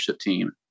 team